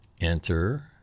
enter